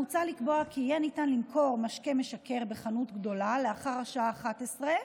מוצע לקבוע כי יהיה ניתן למכור משקה משכר בחנות גדולה לאחר השעה 23:00,